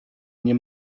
nie